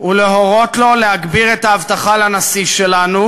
ולהורות לו להגביר את האבטחה לנשיא שלנו,